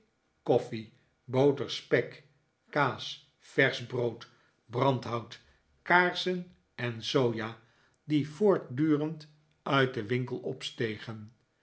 spek kaas versch brood brandhout kaarsen en soja die voortduik ben nog steeds verliefd rend uit den winkel opstegen